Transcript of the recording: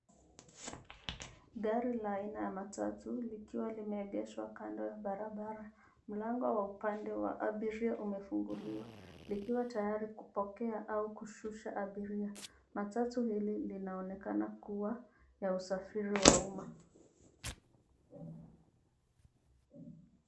Gari la aina ya matatu, likiwa limeegeshwa kando ya barabara. Mlango wa upande wa abiria umefunguliwa, likiwa tayari kupokea au kushusha abiria. Matatu hili linaonekana kuwa ya usafiri wa umma.